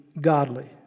godly